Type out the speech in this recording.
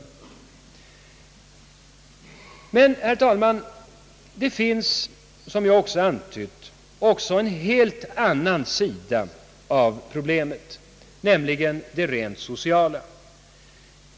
Men det finns, herr talman, som jag antytt, också en annan sida av problemet, nämligen den rent sociala.